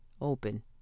open